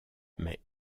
mais